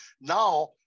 Now